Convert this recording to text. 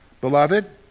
Beloved